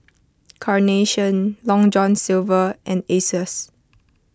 Carnation Long John Silver and Asus